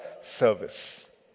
service